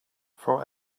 for